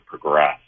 progress